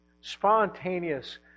spontaneous